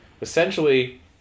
essentially